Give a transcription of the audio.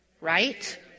right